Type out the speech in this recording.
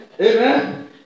Amen